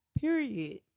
Period